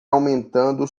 aumentando